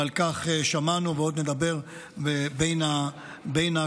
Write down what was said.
ועל כך שמענו ועוד נדבר בין הקריאות.